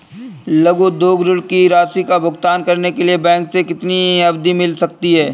लघु उद्योग ऋण की राशि का भुगतान करने के लिए बैंक से कितनी अवधि मिल सकती है?